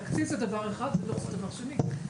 תקציב זה דבר אחד ודוח זה דבר שני.